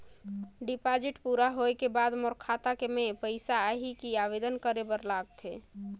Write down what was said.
Deposit पूरा होय के बाद मोर खाता मे पइसा आही कि आवेदन करे बर लगथे?